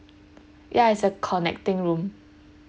ya it's a connecting room